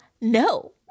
no